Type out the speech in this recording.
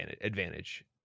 advantage